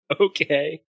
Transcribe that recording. Okay